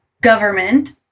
government